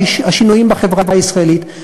השינויים בחברה הישראלית,